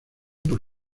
por